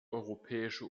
europäische